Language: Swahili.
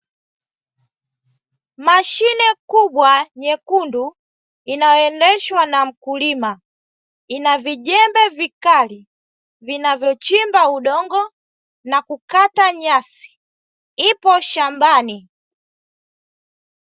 Mashine kubwa nyekundu inayoendeshwa na mkulima, ina vijembe vikali vinavyochimba udongo na kukata nyasi, ipo shambani.